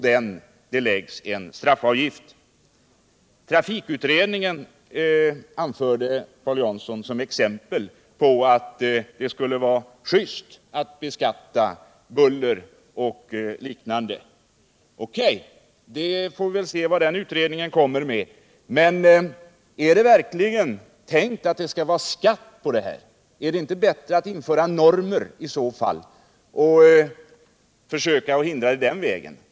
Det förhållandet at vi har en trafikutredning angav Paul Jansson som ett exempel på att det skulle vara just att beskatta buller och liknande. O.K. — vi lar väl se vad den utredningen kommer fram till. Men har man verkligen tänktatt införa skatt på buller? Är det inte i så fall bättre att införa normer och på den vägen förhindra det?